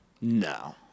No